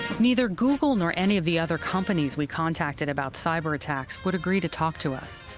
neither google nor any of the other companies we contacted about cyberattacks would agree to talk to us.